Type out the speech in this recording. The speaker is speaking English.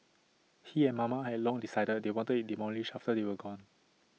he and mama had long decided they wanted IT demolished after they were gone